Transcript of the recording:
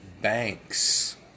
banks